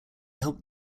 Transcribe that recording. helped